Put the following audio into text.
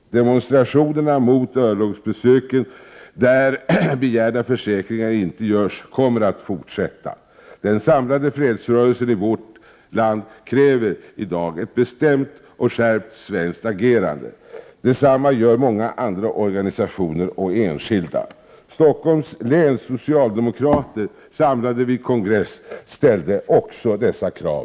Demonstrationerna mot örlogsbesök i samband med vilka begärda försäkringar inte lämnas kommer att fortsätta. Den samlade fredsrörelsen i vårt land kräver i dag ett bestämt och skärpt svenskt agerande. Detsamma gör många andra organisationer och enskilda. Också Stockholms läns socialdemokrater samlade vid kongress har enhälligt uppställt detta krav.